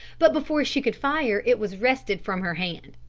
but before she could fire it was wrested from her hand.